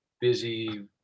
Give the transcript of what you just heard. busy